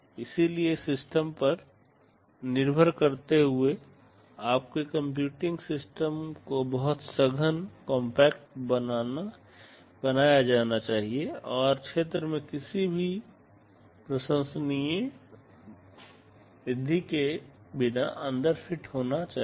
इसलिए सिस्टम पर फिर से निर्भर करते हुए आपके कंप्यूटिंग सिस्टम को बहुत सघन कॉम्पैक्ट बनाया जाना चाहिए और क्षेत्र में किसी भी प्रशंसनीय वृद्धि के बिना अंदर फिट होना चाहिए